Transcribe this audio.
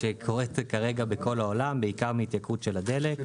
שקורית כרגע בכל העולם, בעיקר מההתייקרות של הדלק.